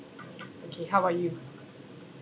okay how about you